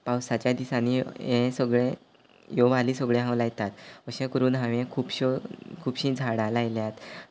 पावसाच्या दिसांनी यें सगळें ह्यो वाली सगळ्यो हांव लायतात अशें करून हांवें खुबश्यो खुबशीं झाडां लायल्यात